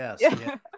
yes